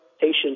Patient